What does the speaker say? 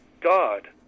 God